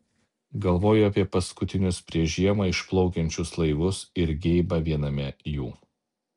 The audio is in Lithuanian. galvoju apie paskutinius prieš žiemą išplaukiančius laivus ir geibą viename jų